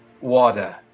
Water